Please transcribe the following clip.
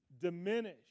diminish